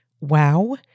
wow